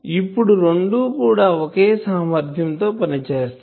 ఇప్పుడు రెండు కూడా ఒకే సామర్ధ్యం తో పని చేస్తాయి